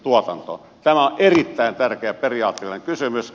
tämä on erittäin tärkeä periaatteellinen kysymys